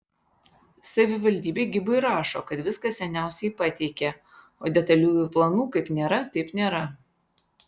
savivaldybė gibui rašo kad viską seniausiai pateikė o detaliųjų planų kaip nėra taip nėra